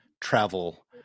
travel